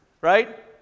right